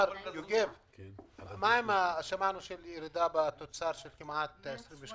1/12. מה עם הירידה בתוצר של כמעט 28%,